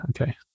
Okay